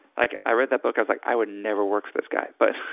like i read that book, i like i would never work for this guy. but